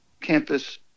campus